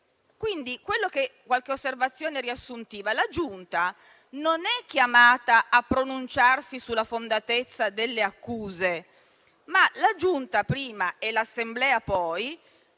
fare alcune considerazioni riassuntive, la Giunta non è chiamata a pronunciarsi sulla fondatezza delle accuse. La Giunta prima e l'Assemblea poi